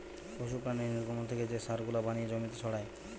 পশু প্রাণীর নির্গমন থেকে যে সার গুলা বানিয়ে জমিতে ছড়ায়